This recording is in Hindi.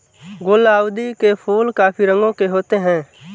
गुलाउदी के फूल काफी रंगों के होते हैं